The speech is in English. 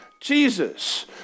Jesus